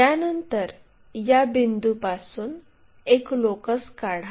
यानंतर या बिंदूपासून एक लोकस काढा